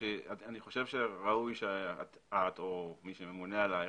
אני חושב שראוי שאת או מי שממונה עליך